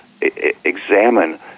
examine